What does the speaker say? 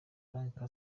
franck